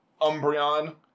Umbreon